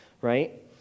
right